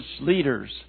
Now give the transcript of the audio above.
leaders